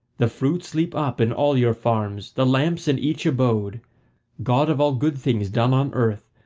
the fruits leap up in all your farms, the lamps in each abode god of all good things done on earth,